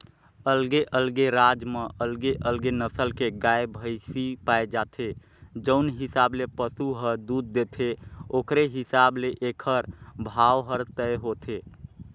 अलगे अलगे राज म अलगे अलगे नसल के गाय, भइसी पाए जाथे, जउन हिसाब ले पसु ह दूद देथे ओखरे हिसाब ले एखर भाव हर तय होथे